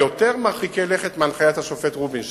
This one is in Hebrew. יותר מרחיקי לכת מהנחיית השופט רובינשטיין,